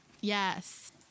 Yes